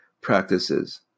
practices